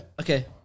Okay